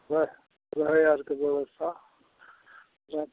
रहै रहै आरकऽ ब्यवस्था